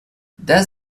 does